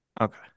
Okay